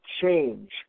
change